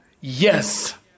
Yes